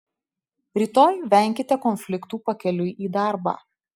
rytoj venkite konfliktų pakeliui į darbą